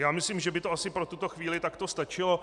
Já myslím, že by to asi pro tuto chvíli takto stačilo.